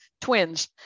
twins